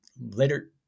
Later